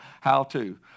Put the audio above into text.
how-to